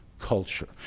culture